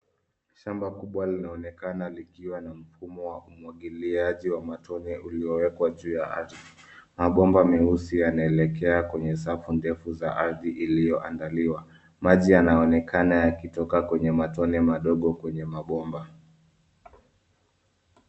Shamba kubwa linaonekana likiwa na mfumo wa umwagiliaji wa matone uliowekwa juu ya ardhi. Mabomba meusi yanaelekea kwenye safu ndefu za ardhi iliyoandaliwa. Maji yanaonekana yakitoka kwenye matone madogo kwenye mabomba.